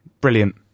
Brilliant